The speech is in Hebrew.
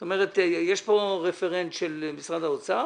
זאת אומרת, יש כאן רפרנט של משרד האוצר